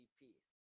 peace